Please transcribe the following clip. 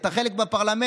אתה חלק מהפרלמנט.